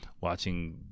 watching